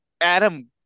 Adam